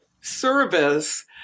Service